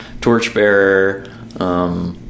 Torchbearer